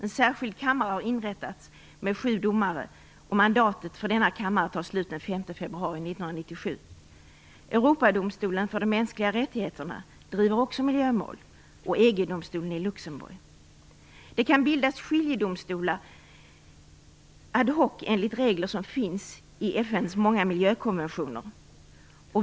En särskild kammare har inrättats med sju domare. Och mandatet för denna kammare tar slut den 5 februari 1997. Europadomstolen för de mänskliga rättigheterna i Strasbourg driver också miljömål. Även EG-domstolen i Luxemburg gör det. Det kan bildas skiljedomstolar ad hoc enligt regler som finns i FN:s många miljökonventioner.